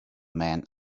man